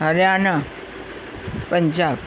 Haryana Punjab